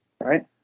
right